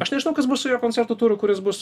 aš nežinau kas bus su jo koncertų turu kuris bus